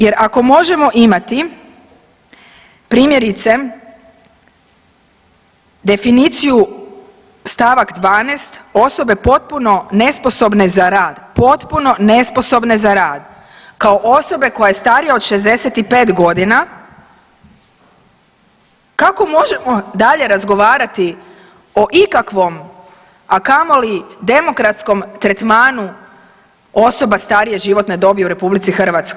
Jer, ako možemo imati primjerice, definiciju st. 12, osobe potpuno nesposobne za rad, potpuno nesposobne za rad, kao osobe koja je starija od 65 godina, kako možemo dalje razgovarati o ikakvom, a kamoli demokratskom tretmanu osoba starije životne dobi u RH?